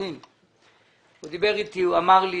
ואמר לי